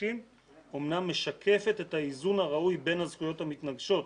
אמנם משקפת את האיזון הראוי בין הזכויות המתנגשות,